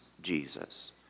Jesus